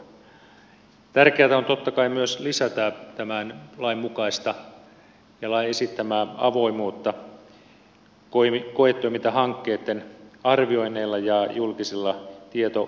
tärkeätä on totta kai myös lisätä tämän lain mukaista ja lain esittämää avoimuutta koetoimintahankkeitten arvioinneilla ja julkisilla tietotiivistelmillä